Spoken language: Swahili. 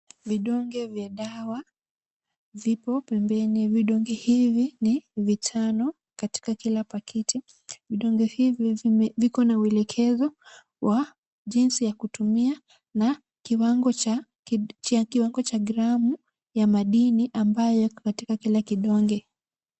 Vidonge vya dawa, zipo pembeni. Vidonge hivi ni vitano katika kila pakiti. Vidonge hivi viko na uelekezo wa jinsi ya kutumia na kiwango cha gramu ya madini ambayo yako katika kila kidonge.